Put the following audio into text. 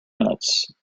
minutes